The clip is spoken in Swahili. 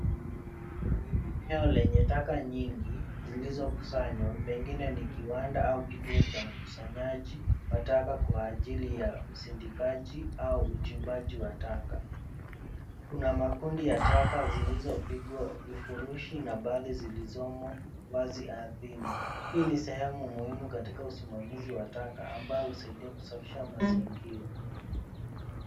Ni eneo lenye taka nyingi zilizokusanywa, pengine ni kiwanda au kituo cha ukusanyaji wa taka kwa ajili ya usindikaji au uchimbaji wa taka. Kuna makundi ya taka zilizopigwa vifurushi na baadhi zilizomo wazi ardhini. Hii ni sehemu muhimu katika usimamizi wa taka ambayo husaidia kusafisha mazingira.